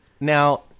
Now